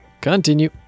continue